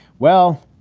well,